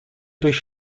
durch